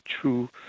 true